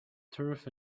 turf